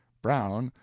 brown,